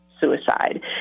suicide